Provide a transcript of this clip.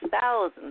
thousands